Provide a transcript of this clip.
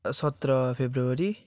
सत्र फेब्रुअरी